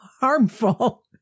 harmful